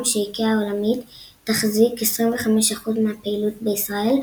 שאיקאה העולמית תחזיק 25% מהפעילות בישראל,